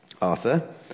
Arthur